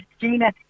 Gina